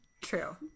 True